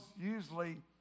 usually